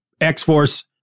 X-Force